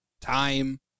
time